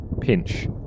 Pinch